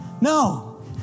No